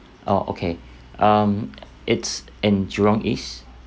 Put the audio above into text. orh okay um it's in jurong east